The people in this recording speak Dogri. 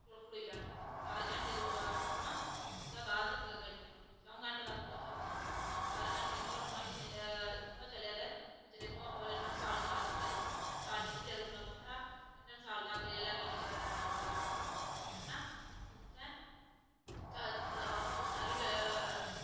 खड़ोई जाना ते चार घैंटे खड़ोना ते ओह्दे बाद गड्डी औनी चंऊ घैंटें दा पूरा सफर करना चार घैंटे इत्ि खड़ोना इन्ने चिर कोई इत्थां दा चले दे कोई डंसाल क्रॉस बी करी ओड़ग ते डंसाल जाइयै जेल्लै रुक्कना पौंदा हा ते डंसाल चलियै जेल्लै गड्डी चढ़ना तां उत्थें पुच्छना की